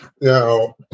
Now